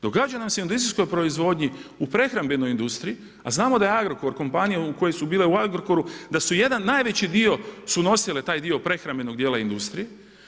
Događa nam se u industrijskoj proizvodnji u prehrambenoj industriji, a znamo da je Agrokor kompanija koje su bile u Agrokoru, da su jedan najveći dio su nosile taj dio prehrambenog dijela industrije.